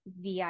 VIP